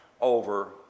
over